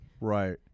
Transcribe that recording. Right